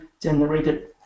generated